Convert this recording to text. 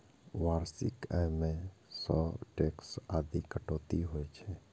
वार्षिक आय मे सं टैक्स आदिक कटौती होइ छै